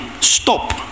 Stop